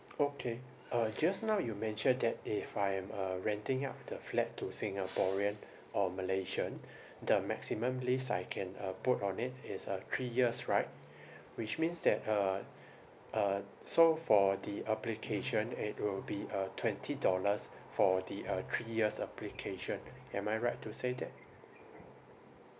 okay uh just now you mentioned that if I am uh renting out the flat to singaporean or malaysian the maximum lease I can uh put on it is uh three years right which means that uh uh so for the application it will be uh twenty dollars for the uh three years application am I right to say that